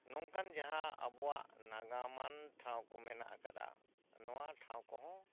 ᱱᱚᱝᱠᱟᱱ ᱡᱟᱦᱟᱸ ᱟᱵᱚᱣᱟᱜ ᱱᱟᱜᱟᱢᱟᱱ ᱴᱷᱟᱶ ᱠᱚ ᱢᱮᱱᱟᱜ ᱟᱠᱟᱫᱟ ᱱᱚᱣᱟ ᱴᱷᱟᱶ ᱠᱚᱦᱚᱸ